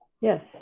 Yes